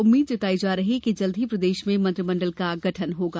उम्मीद जताई जा रही है कि जल्द ही प्रदेश में मंत्रिमंडल का गठन होगा